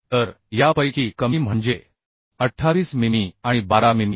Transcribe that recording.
तर यापैकी कमी म्हणजे 28 मिमी आणि 12 मिमी